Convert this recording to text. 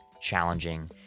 challenging